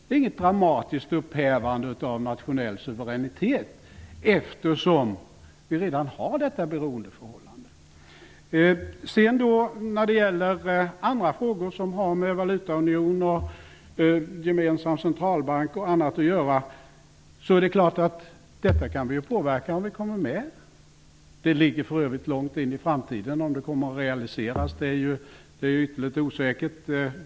Det är inget dramatiskt upphävande av nationell suveränitet, eftersom Sverige redan står i detta beroendeförhållande. Vad gäller andra frågor som har med valutaunion och gemensam centralbank och annat att göra, är det ju så att vi kan påverka de framtida besluten om vi är med i unionen. Det ligger för övrigt långt in i framtiden om detta kommer att realiseras, vilket är ytterligt osäkert.